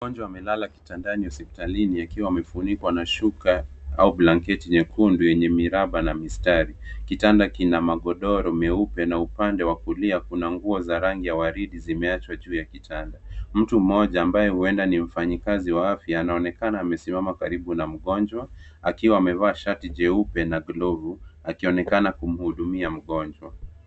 Mgonjwa amelala kitandani hospitalini akiwa amefunikwa na shuka au blanketi nyekundu yenye miraba na mistari. Kitanda kina magodoro meupe na upande wa kulia kuna nguo za rangi ya waridi zimeachwa juu ya kitanda. Mtu mmoja ambaye huenda ni mfanyikazi wa afya anaonekana amesimama karibu na mgonjwa, akiwa amevaa shati jeupe na glovu akionekana kumhudumia mgonjwa.